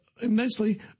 immensely